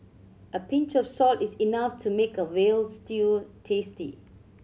a pinch of salt is enough to make a veal stew tasty